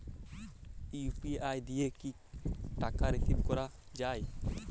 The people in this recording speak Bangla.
ইউ.পি.আই দিয়ে কি টাকা রিসিভ করাও য়ায়?